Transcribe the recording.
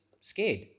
scared